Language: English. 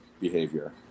behavior